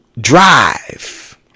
drive